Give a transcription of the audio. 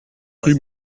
rue